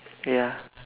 ya